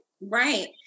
Right